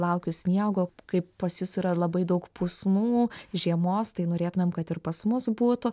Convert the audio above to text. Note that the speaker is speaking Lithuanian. laukiu sniego kaip pas jus yra labai daug pusnų žiemos tai norėtumėm kad ir pas mus būtų